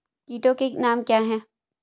कीटों के नाम क्या हैं?